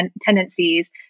tendencies